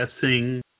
guessing